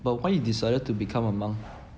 but why you decided to become a monk